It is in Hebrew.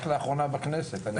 רק לאחרונה בכנסת.